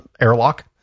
airlock